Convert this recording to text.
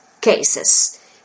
cases